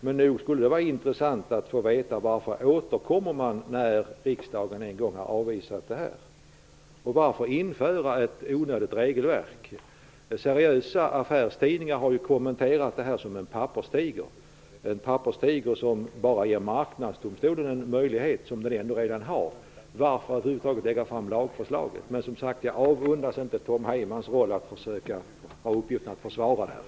Men nog skulle det vara intressant att få veta varför man återkommer med detta förslag, när riksdagen en gång avvisat det. Varför skall man införa ett onödigt regelverk? Seriösa affärstidningar har ju kommenterat detta lagförslag såsom en papperstiger, som bara ger marknadsdomstolen en möjlighet som den redan har. Varför lägger man då fram lagförslaget över huvud taget? Jag avundas verkligen inte Tom Heyman i rollen att försöka försvara förslaget.